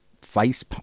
face